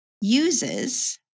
uses